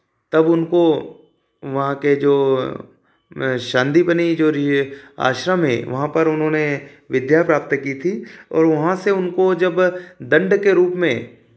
तब उनको वहाँ के जो संदीपनी जो है आश्रम में वहाँ पर उन्होंने विद्या प्राप्त की थी और वहाँ से उनको जब दंड के रूप में